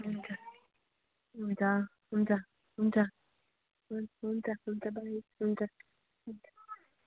हुन्छ हुन्छ हुन्छ हुन्छ हुन्छ बाई हुन्छ हुन्छ